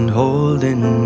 holding